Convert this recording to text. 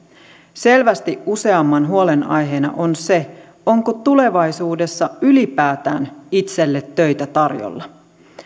selvästi useamman huolenaiheena on se onko tulevaisuudessa ylipäätään itselle töitä tarjolla